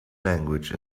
language